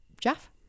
Jeff